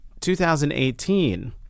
2018